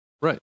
Right